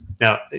Now